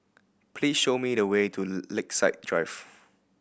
please show me the way to Lakeside Drive